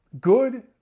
good